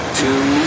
two